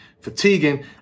fatiguing